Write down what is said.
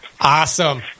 Awesome